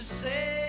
say